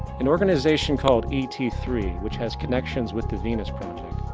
an organisation called e t three which has connection with the venus project,